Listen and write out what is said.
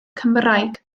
cymraeg